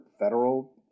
federal